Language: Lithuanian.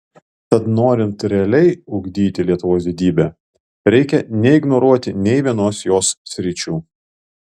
tad norint realiai ugdyti lietuvos didybę reikia neignoruoti nei vienos jos sričių